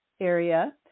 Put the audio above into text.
area